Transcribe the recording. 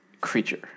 creature